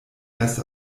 erst